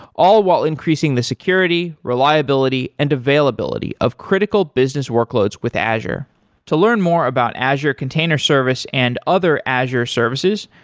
all while increasing the security, reliability and availability of critical business workloads with azure to learn more about azure container service and other azure services,